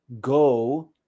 go